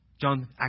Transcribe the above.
John